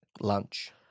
Lunch